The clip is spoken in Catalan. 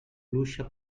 pluja